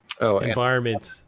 Environment